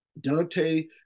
Dante